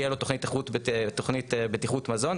יהיה לו תוכנית בטיחות מזון,